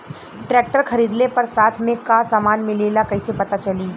Tractor खरीदले पर साथ में का समान मिलेला कईसे पता चली?